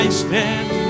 stand